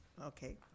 Okay